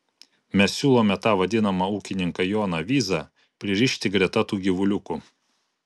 mes siūlome tą vadinamą ūkininką joną vyzą pririšti greta tų gyvuliukų